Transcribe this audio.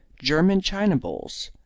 german china-bowls,